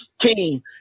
team